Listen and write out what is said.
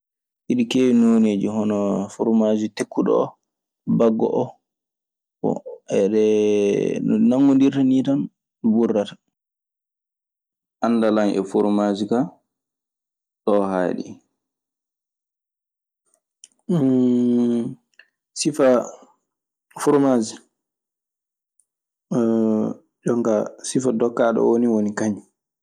Iɗi keewi nooneeji hono foromaas tekkuɗo oo, baggo oo. Bon no nanngondirta nii tan wurrata. Anndal an e formaasi kaa, ɗoo haaɗi. Sifaa foromaas e jokaa sifa dokkaaɗo oo nii woni kañun.